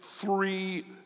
three